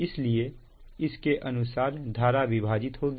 इसलिए इसके अनुसार धारा विभाजित होगी